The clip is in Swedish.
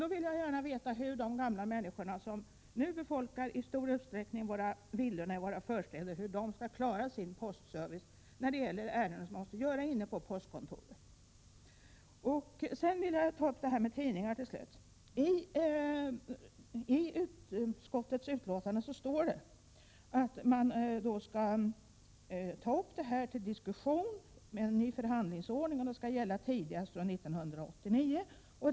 Jag vill då gärna veta hur de gamla människorna som nu i stor utsträckning befolkar villorna i våra förstäder skall kunna klara ärenden som tvingar dem att gå till postkontoret. Till slut vill jag ta upp frågan om tidningar. I utskottsbetänkandet står det att man skall ta upp saken till diskussion. Det står bl.a.: ”En ny förhandlingsordning i förhållandet med tidningsutgivarna beräknas ——— komma att gälla tidigast från år 1989.